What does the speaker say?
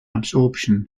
absorption